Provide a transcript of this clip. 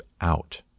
out